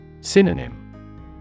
Synonym